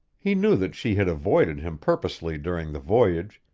he knew that she had avoided him purposely during the voyage,